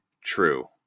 true